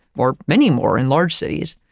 or many more in large cities.